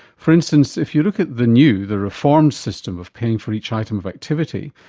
for instance, if you look at the new, the reformed system of paying for each item of activity,